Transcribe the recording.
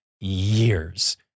years